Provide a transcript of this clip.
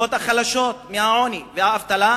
השכבות החלשות מהעוני והאבטלה,